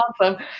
Awesome